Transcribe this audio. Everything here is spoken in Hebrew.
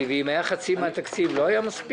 ואם היא הייתה בגובה חצי מן התקציב זה לא היה מספיק?